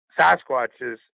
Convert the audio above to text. Sasquatches